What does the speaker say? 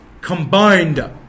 combined